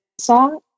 song